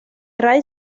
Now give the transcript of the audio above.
ray